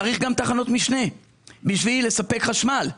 צריך גם תחנות משנה בשביל לספק חשמל.